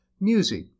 music